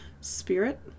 Spirit